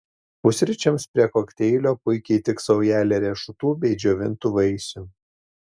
pusryčiams prie kokteilio puikiai tiks saujelė riešutų bei džiovintų vaisių